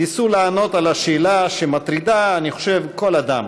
לענות על השאלה שמטרידה, אני חושב, כל אדם: